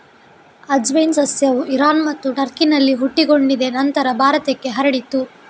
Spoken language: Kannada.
ಅಜ್ವೈನ್ ಸಸ್ಯವು ಇರಾನ್ ಮತ್ತು ಟರ್ಕಿನಲ್ಲಿ ಹುಟ್ಟಿಕೊಂಡಿದೆ ನಂತರ ಭಾರತಕ್ಕೆ ಹರಡಿತು